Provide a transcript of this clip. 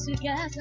together